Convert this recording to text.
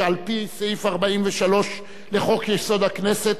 שעל-פי סעיף 43 לחוק-יסוד: הכנסת,